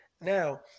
Now